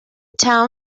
town